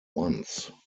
once